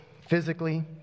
physically